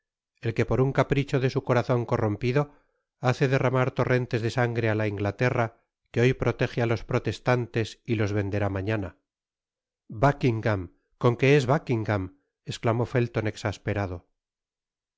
el que por un capricho de su corazon corrompido hace derramar torrentes de sangre á la inglaterra que hoy protege á los protestantes y los venderá mañana buckingam con que es buckingam esclamó fellon exasperado